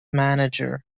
manager